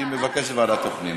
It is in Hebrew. אם היא מבקשת ועדת הפנים,